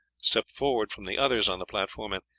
stepped forward from the others on the platform and,